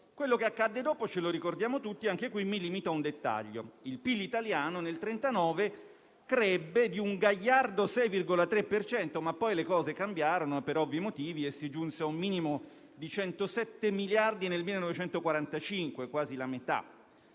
Quello che accadde dopo ce lo ricordiamo tutti, e anche qui mi limito a un dettaglio. Il PIL italiano nel 1939 crebbe di un gagliardo 6,3 per cento, ma poi le cose cambiarono per ovvi motivi, e si giunse a un minimo di 107 miliardi nel 1945 (quasi la metà).